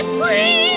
free